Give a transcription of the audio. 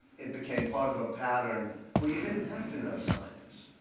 it became part of a pattern where you didn't have to know science.